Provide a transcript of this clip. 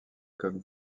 comme